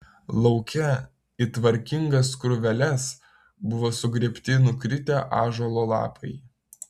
lauke į tvarkingas krūveles buvo sugrėbti nukritę ąžuolo lapai